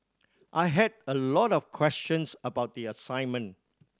I had a lot of questions about the assignment